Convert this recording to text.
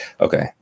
Okay